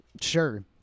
Sure